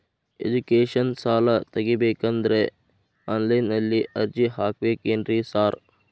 Education ಸಾಲ ತಗಬೇಕಂದ್ರೆ online ನಲ್ಲಿ ಅರ್ಜಿ ಹಾಕ್ಬೇಕೇನ್ರಿ ಸಾರ್?